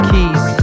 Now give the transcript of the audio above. Keys